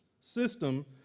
system